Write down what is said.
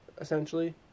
essentially